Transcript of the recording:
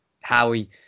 Howie